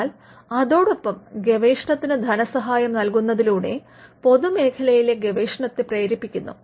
എന്നാൽ അതോടൊപ്പം ഗവേഷണത്തിന് ധനസഹായം നൽകുന്നതിലൂടെ പൊതുമേഖലയിലെ ഗവേഷണത്തെ പ്രേരിപ്പിക്കുന്നു